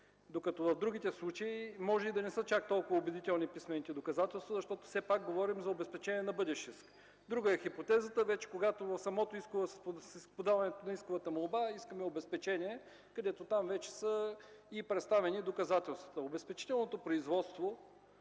доказателства може да не са чак толкова убедителни, защото все пак говорим за обезпечение на бъдещ иск. Друга е хипотезата вече, когато с подаването на исковата молба искаме обезпечение, където там вече са и представени доказателствата. Обезпечителното производство